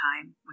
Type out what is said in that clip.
time